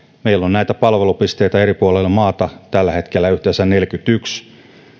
meillä on näitä palvelupisteitä eri puolilla maata tällä hetkellä yhteensä neljäkymmentäyksi